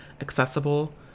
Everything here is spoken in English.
accessible